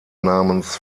namens